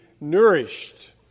nourished